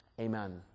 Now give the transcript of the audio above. Amen